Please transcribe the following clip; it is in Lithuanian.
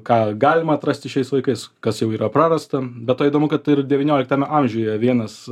ką galima atrasti šiais laikais kas jau yra prarasta be to įdomu kad ir devynioliktame amžiuje vienas